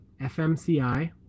FMCI